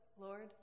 Lord